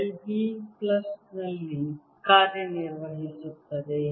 del B plus ನಲ್ಲಿ ಕಾರ್ಯನಿರ್ವಹಿಸುತ್ತದೆ